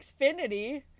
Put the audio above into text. Xfinity